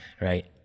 right